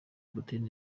putin